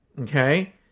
okay